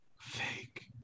Fake